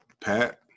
Pat